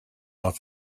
off